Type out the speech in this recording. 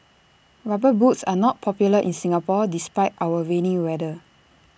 rubber boots are not popular in Singapore despite our rainy weather